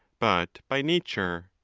but by nature.